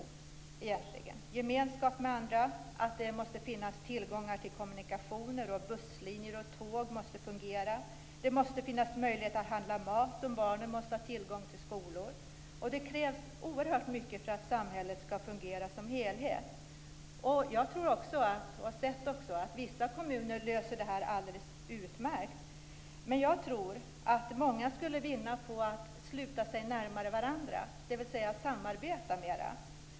Det handlar om gemenskap med andra och att det måste finnas tillgång till kommunikationer. Busslinjer och tåg måste fungera. Det måste finnas möjlighet att handla mat. Barnen måste ha tillgång till skolor. Det krävs oerhört mycket för att samhället skall fungerar som helhet. Jag tror också, och har också sett, att vissa kommuner löser detta alldeles utmärkt. Men jag tror att många skulle vinna på att sluta sig närmare varandra, dvs. samarbeta mera.